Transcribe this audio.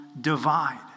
divide